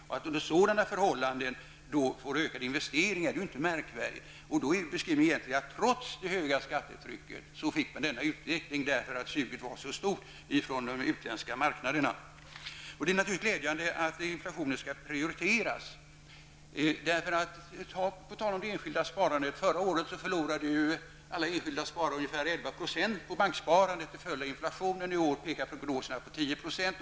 Att det under sådana förhållanden blir ett ökat antal investeringar är inte märkvärdigt. Beskrivningen är egentligen att trots det höga skattetrycket blev det denna utveckling eftersom suget var så stort från de utländska marknaderna. Det är naturligtvis glädjande att inflationen skall prioriteras. Se t.ex. på det enskilda sparandet! 11 % på banksparandet till följd av inflationen. I år pekar prognoserna på 10 %.